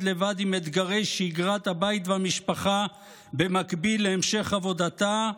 לבד עם אתגרי שגרת הבית והמשפחה במקביל להמשך עבודתה,